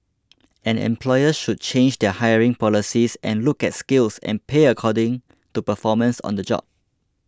and employers should change their hiring policies and look at skills and pay according to performance on the job